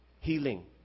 healing